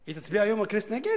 היא תצביע היום בכנסת נגד?